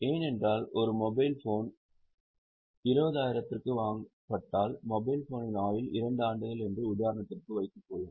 ஏனென்றால் ஒரு mobile phone 20000 க்கு வாங்கப்பட்டால் மொபைல் ஃபோனின் ஆயுள் 2 ஆண்டுகள் என்று உதாரணத்திற்கு வைத்துக்கொள்வோம்